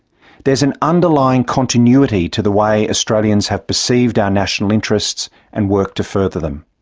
there is an underlying continuity to the way australians have perceived our national interests and worked to further them.